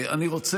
אבל,